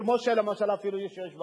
כמו שלמשל יש אפילו בארנונה.